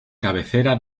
cabecera